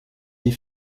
des